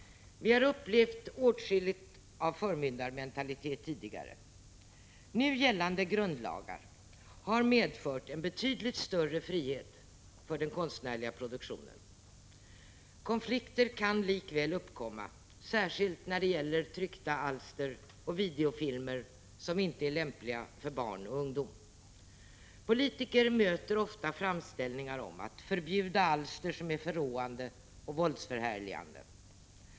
Vi har upplevt åtskilligt av förmyndarmentalitet tidigare. Nu gällande grundlagar har medfört en betydligt större frihet för den konstnärliga produktionen. Konflikter kan likväl uppkomma, särskilt när det gäller tryckta alster eller videofilmer som inte är lämpliga för barn och ungdom. Politiker möter ofta framställningar om att förbjuda alster som är förråande och våldsförhärligande.